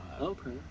Okay